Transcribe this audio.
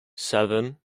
seven